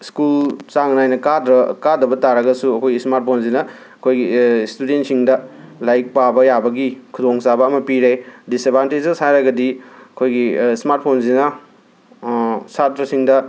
school ꯆꯥꯡ ꯅꯥꯏꯅ ꯀꯥꯗ꯭ꯔ ꯀꯥꯗꯕ ꯇꯥꯔꯒꯁꯨ ꯑꯩꯈꯣꯏ ꯁ꯭ꯃꯥꯔꯠ ꯐꯣꯟꯁꯤꯅ ꯑꯩꯈꯣꯏꯒꯤ ꯁ꯭ꯇꯨꯗꯦꯟꯁꯤꯡꯗ ꯂꯥꯏꯔꯤꯛ ꯄꯥꯕ ꯌꯥꯕꯒꯤ ꯈꯨꯗꯣꯡꯆꯥꯕ ꯑꯃ ꯄꯤꯔꯦ ꯗꯤꯁꯑꯦꯕꯥꯟꯇꯦꯖꯦꯁ ꯍꯥꯏꯔꯒꯗꯤ ꯑꯩꯈꯣꯏꯒꯤ ꯁ꯭ꯃꯥꯔꯠ ꯐꯣꯟꯁꯤꯅ ꯁꯥꯇ꯭ꯔꯁꯤꯡꯗ